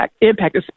impact